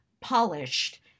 polished